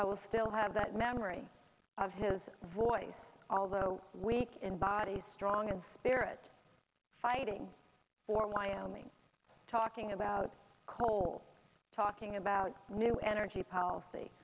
i will still have that memory of his voice although weak in body strong and spirit fighting for wyoming talking about coal talking about new energy policy